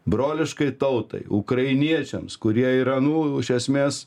broliškai tautai ukrainiečiams kurie yra nu iš esmės